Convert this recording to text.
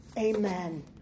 Amen